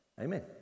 Amen